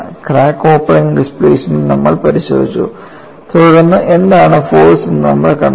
crack opening displacement നമ്മൾ പരിശോധിച്ചു തുടർന്ന് എന്താണ് ഫോഴ്സ് എന്ന് നമ്മൾ കണ്ടെത്തി